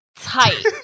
tight